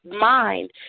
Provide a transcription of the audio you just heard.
mind